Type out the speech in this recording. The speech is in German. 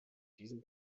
diesem